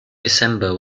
december